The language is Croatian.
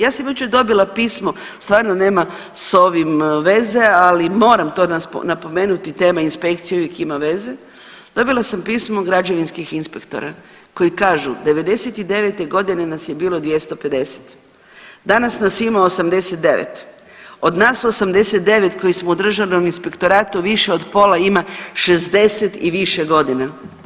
Ja sam jučer dobila pismo stvarno nema s ovim veze, ali moram to napomenuti tema inspekcije uvijek ima veze, dobila sam pismo od građevinskih inspektora koji kažu '99.-te godine nas je bilo 250, danas ima 89, od nas 89 koji smo u Državnom inspektoratu više od pola ima 60 i više godina.